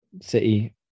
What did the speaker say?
City